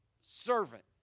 Servant